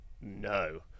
no